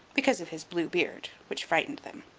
because of his blue beard, which frightened them.